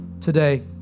today